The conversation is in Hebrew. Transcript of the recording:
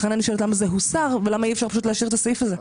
לכן אני שואלת למה זה הוסר ולמה אי אפשר פשוט להשאיר את הסעיף הזה.